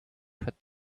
put